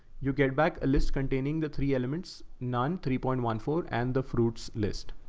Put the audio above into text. you get back a list containing the three elements, none three point one four, and the fruits list.